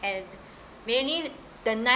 and mainly the nice